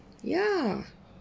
ya